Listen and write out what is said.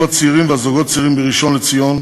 הצעירים והזוגות הצעירים בראשון-לציון.